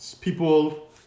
people